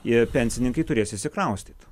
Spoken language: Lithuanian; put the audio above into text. ir pensininkai turės išsikraustyt